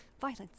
Violence